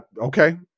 okay